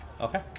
Okay